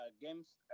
games